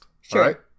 Sure